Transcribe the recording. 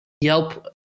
yelp